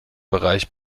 bereich